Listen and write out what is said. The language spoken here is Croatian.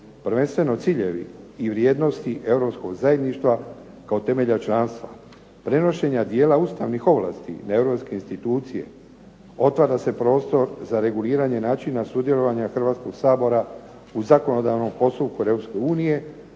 prvenstveno ciljevi i vrijednosti europskog zajedništva kao temelja članstva, prenošenja dijela ustavnih ovlasti na europske institucije otvara se prostor za reguliranje načina sudjelovanja Hrvatskog sabora u zakonodavnom postupku